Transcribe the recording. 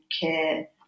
care